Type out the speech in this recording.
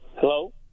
Hello